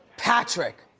patrick!